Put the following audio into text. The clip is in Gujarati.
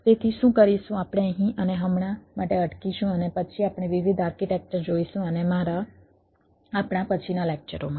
તેથી શું કરીશું આપણે અહીં અને હમણાં માટે અટકીશું અને પછી આપણે વિવિધ આર્કિટેક્ચર જોઈશું અને મારા આપણા પછીના લેક્ચરોમાં